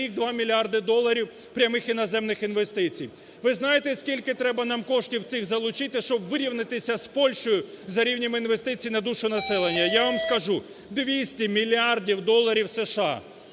2 мільярди доларів прямих іноземних інвестицій. Ви знаєте, скільки треба нам коштів цих залучити, щоб вирівнятися з Польщею за рівнем інвестиції на душу населення? Я вам скажу, 200 мільярдів доларів США.